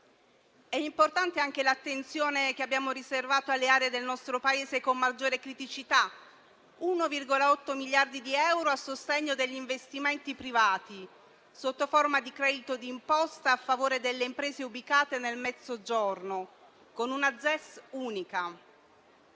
È importante anche l'attenzione che abbiamo riservato alle aree del nostro Paese con maggiore criticità: 1,8 miliardi di euro a sostegno degli investimenti privati sotto forma di credito d'imposta a favore delle imprese ubicate nel Mezzogiorno, con una ZES unica.